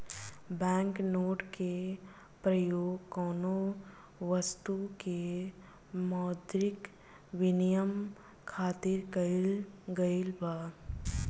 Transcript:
bank note के परयोग कौनो बस्तु के मौद्रिक बिनिमय खातिर कईल गइल बा